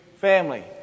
family